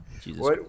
Jesus